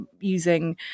using